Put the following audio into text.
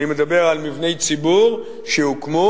אני מדבר על מבני ציבור שהוקמו,